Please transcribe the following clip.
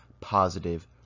positive